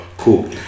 cool